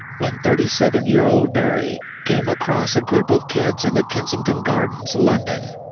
when thirty seven year old barrie came across a group of kids in the kensington gardens, london.